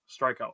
strikeout